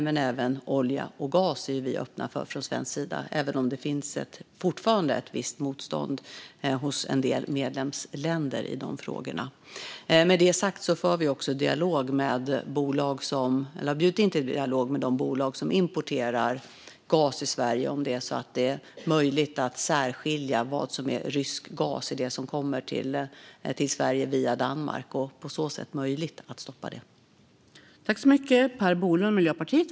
Men även ett stopp för olja och gas är vi öppna för från svensk sida, även om det fortfarande finns ett visst motstånd hos en del medlemsländer i de frågorna. Med detta sagt har vi också bjudit in till dialog med de bolag som importerar gas i Sverige för att se om det är möjligt att särskilja vad som är rysk gas i det som kommer till Sverige via Danmark och om det är möjligt att stoppa det.